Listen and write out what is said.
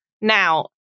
now